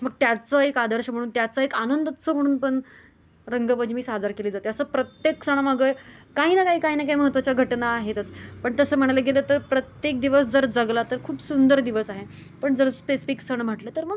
मग त्याचं एक आदर्श म्हणून त्याचं एक आनंदच म्हणून पण रंगपंचमी साजरी केली जाते असं प्रत्येक सणामागं काही ना काही काही ना काही महत्त्वाच्या घटना आहेतच पण तसं म्हणायला गेलं तर प्रत्येक दिवस जर जगला तर खूप सुंदर दिवस आहे पण जर स्पेसफिक सण म्हटलं तर मग